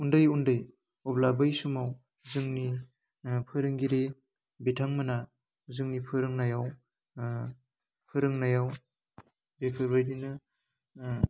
उन्दै उन्दै अब्ला बै समाव जोंनि ओह फोरोंगिरि बिथांमोना जोंनि फोरोंनायाव ओह फोरोंनायाव बेफोरबायदिनो ओह